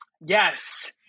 Yes